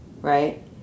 right